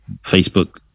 Facebook